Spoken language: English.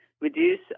reduce